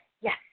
Yes